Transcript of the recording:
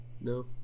no